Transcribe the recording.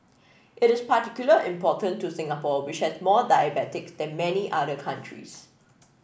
it is particularly important to Singapore which has more diabetics than many other countries